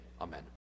amen